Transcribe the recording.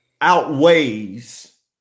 outweighs